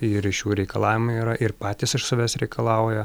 ir iš jų reikalavimai yra ir patys iš savęs reikalauja